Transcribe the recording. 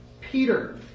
Peter